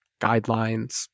guidelines